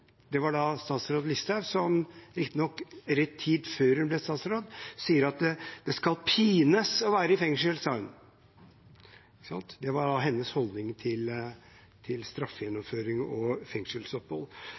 det var statsråd Listhaug, riktignok en tid før hun ble statsråd – sier at man skal «pines i fengsel». Det var hennes holdning til